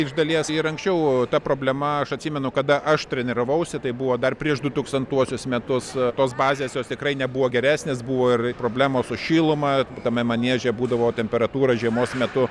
iš dalies ir anksčiau ta problema aš atsimenu kada aš treniravausi tai buvo dar prieš du tūkstantuosius metus tos bazės jos tikrai nebuvo geresnės buvo ir problemos su šiluma tame manieže būdavo temperatūra žiemos metu